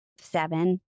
seven